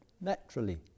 Naturally